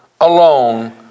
alone